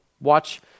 watch